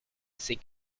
c’est